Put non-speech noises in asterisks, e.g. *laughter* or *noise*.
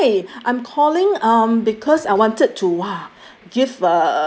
*breath* hi I'm calling um because I wanted to !wah!